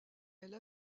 elle